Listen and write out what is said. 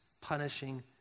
punishing